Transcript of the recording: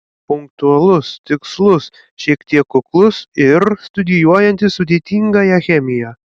punktualus tikslus šiek tiek kuklus ir studijuojantis sudėtingąją chemiją